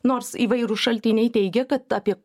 nors įvairūs šaltiniai teigia kad apie